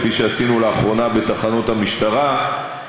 כפי שעשינו לאחרונה בתחנות המשטרה,